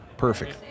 Perfect